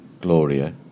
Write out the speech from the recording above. Gloria